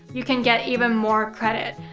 you can get even more credit.